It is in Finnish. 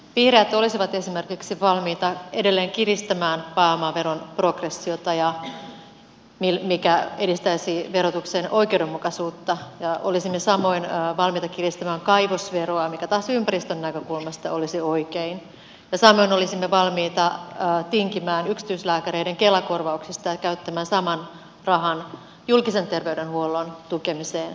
vihreät olisivat esimerkiksi valmiita edelleen kiristämään pääomaveron progressiota mikä edistäisi verotuksen oikeudenmukaisuutta ja olisimme samoin valmiita kiristämään kaivosveroa mikä taas ympäristön näkökulmasta olisi oikein ja samoin olisimme valmiita tinkimään yksityislääkäreiden kela korvauksista ja käyttämään saman rahan julkisen tervey denhuollon tukemiseen